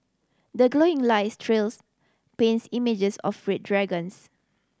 the glowing lights trails paints images of red dragons